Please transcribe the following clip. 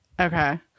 Okay